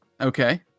Okay